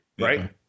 right